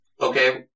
Okay